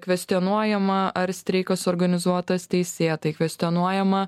kvestionuojama ar streikas suorganizuotas teisėtai kvestionuojama